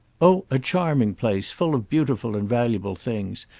oh a charming place full of beautiful and valuable things.